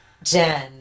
Jen